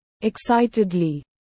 Excitedly